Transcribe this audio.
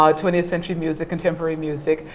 um twentieth century music, contemporary music,